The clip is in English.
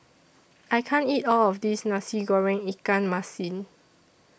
I can't eat All of This Nasi Goreng Ikan Masin